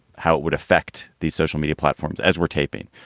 how it would affect these social media platforms as we're taping.